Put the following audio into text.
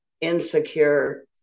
insecure